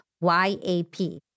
Y-A-P